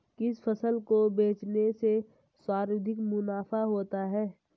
किस फसल को बेचने से सर्वाधिक मुनाफा होता है?